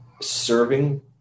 serving